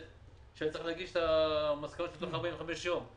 שהיה צריך להגיש את המסקנות תוך 45 יום.